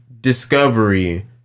discovery